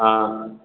हाँ